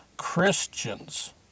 christians